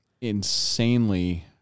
insanely